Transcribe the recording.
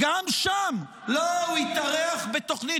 ערוץ 14. לא, הוא התארח בתוכנית.